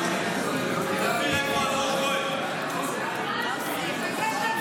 לצערי, שבשלב הזה